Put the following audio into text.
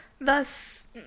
Thus